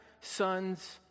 sons